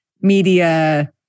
media